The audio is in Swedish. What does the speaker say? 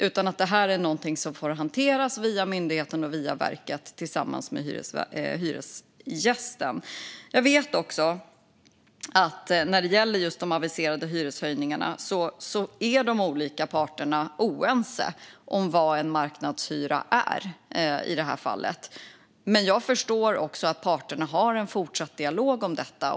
Detta är något som får hanteras via myndigheten och verket tillsammans med hyresgästen. När det gäller just de aviserade hyreshöjningarna vet jag att de olika parterna är oense om vad en marknadshyra i detta fall är. Men jag förstår också att parterna har en fortsatt dialog om detta.